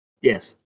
Yes